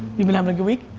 you been having a good week?